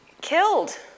Killed